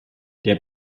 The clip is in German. der